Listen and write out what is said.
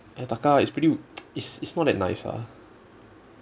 ayataka is pretty is is not that nice lah